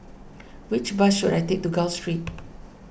which bus should I take to Gul Street